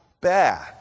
bad